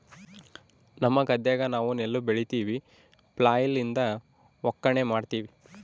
ನಮ್ಮ ಗದ್ದೆಗ ನಾವು ನೆಲ್ಲು ಬೆಳಿತಿವಿ, ಫ್ಲ್ಯಾಯ್ಲ್ ಲಿಂದ ಒಕ್ಕಣೆ ಮಾಡ್ತಿವಿ